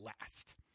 last